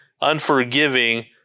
unforgiving